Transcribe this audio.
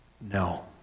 No